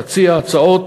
תציע הצעות,